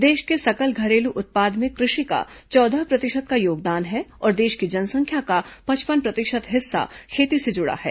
देश के सकल घरेलू उत्पाद में कृषि का चौदह प्रतिशत का योगदान है और देश की जनसंख्या का पचपन प्रतिशत हिस्सा खेती से जुड़ा है